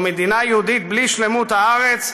או מדינה יהודית בלי שלמות הארץ,